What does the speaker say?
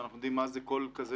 ואנחנו יודעים מה זה כל ועדה,